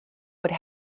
would